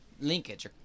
linkage